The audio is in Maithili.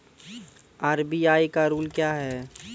आर.बी.आई का रुल क्या हैं?